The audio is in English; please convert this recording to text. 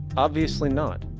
obviously not.